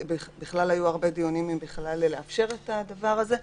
והיו הרבה דיונים אם בכלל לאפשר את הדבר הזה.